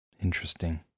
Interesting